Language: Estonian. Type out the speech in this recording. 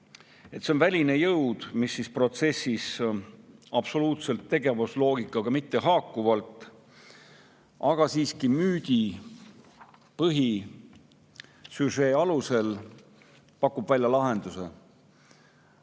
See on väline jõud, mis protsessis absoluutselt tegevusloogikaga mittehaakuvalt, aga siiski müüdi põhisüžee alusel pakub välja lahenduse.